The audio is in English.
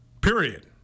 period